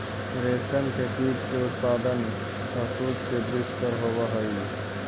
रेशम के कीट के उत्पादन शहतूत के वृक्ष पर होवऽ हई